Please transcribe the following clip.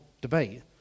debate